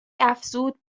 افزود